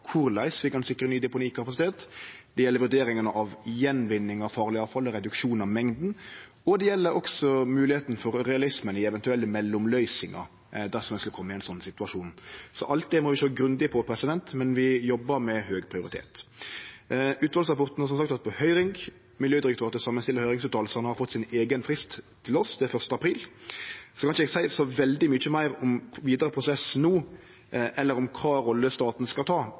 gjenvinning av farleg avfall og reduksjon av mengda, og det gjeld moglegheita for og realismen i eventuelle mellomløysingar dersom ein skulle kome i ein slik situasjon. Alt det må vi sjå grundig på, men vi jobbar med høg prioritet. Utvalsrapporten har som sagt vore på høyring. Miljødirektoratet stiller saman høyringsfråsegnene og har fått ein eigen frist til oss, det er 1. april. Eg kan ikkje seie så veldig mykje meir om den vidare prosessen no eller om kva rolle staten skal ta,